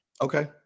Okay